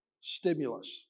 stimulus